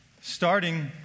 starting